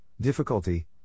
difficulty